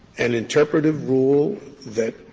an interpretative rule that